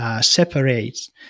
separates